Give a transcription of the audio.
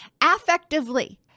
Affectively